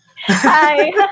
Hi